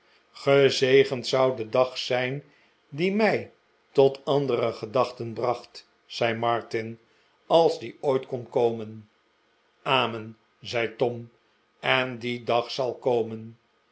gezegend zou de dag zijn die mij tot andere gedachten bracht zei martin als die ooit kon komen amen zei tom en die dag zal komen